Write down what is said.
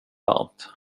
varmt